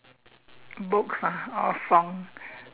books ah or song